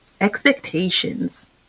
expectations